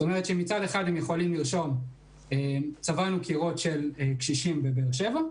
זאת אומרת שמצד אחד הם יכולים לרשום שהם צבעו קירות של קשישים בבאר שבע,